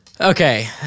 Okay